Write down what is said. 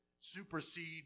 supersede